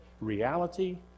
reality